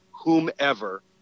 Whomever